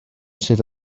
sydd